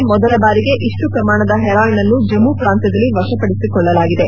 ಇತಿಹಾಸದಲ್ಲೇ ಮೊದಲ ಬಾರಿಗೆ ಇಷ್ಟು ಶ್ರಮಾಣದ ಹೆರಾಯಿನ್ ಅನ್ನು ಜಮ್ಮ ಪ್ರಾಂತ್ಯದಲ್ಲಿ ವಶಪಡಿಸಿಕೊಳ್ಳಲಾಗಿದೆ